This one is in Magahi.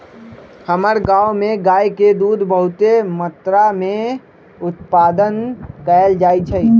हमर गांव में गाय के दूध बहुते मत्रा में उत्पादन कएल जाइ छइ